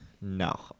No